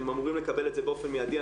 הם אמורים לקבל את זה באופן מידי.